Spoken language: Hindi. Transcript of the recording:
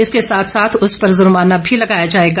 इसके साथ साथ उस पर जुर्माना भी लगाया जाएगा